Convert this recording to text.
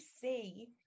see